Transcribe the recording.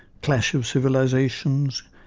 clash of civilisations,